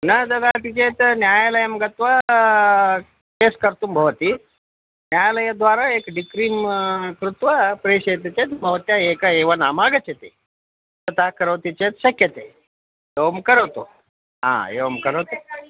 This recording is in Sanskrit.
न ददाति चेत् न्यायालयं गत्वा केस् कर्तुं भवति न्यायालयद्वारा एकं ड िक्रिं कृत्वा प्रेषयति चेत् भवत्या एकम् एव नामागच्छति तथा करोति चेत् शक्यते एवं करोतु हा एवं करोतु